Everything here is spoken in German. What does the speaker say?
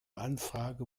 anfrage